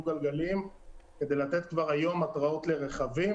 גלגליים כדי לתת כבר היום התראות לרכבים.